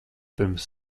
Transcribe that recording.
pirms